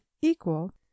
equal